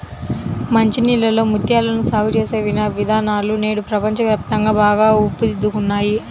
మంచి నీళ్ళలో ముత్యాలను సాగు చేసే విధానాలు నేడు ప్రపంచ వ్యాప్తంగా బాగా ఊపందుకున్నాయి